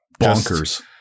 bonkers